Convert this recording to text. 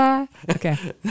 Okay